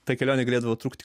ta kelionė galėdavo trukti